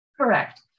Correct